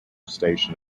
station